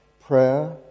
Prayer